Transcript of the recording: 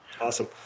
Awesome